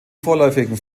vorläufigen